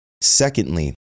Secondly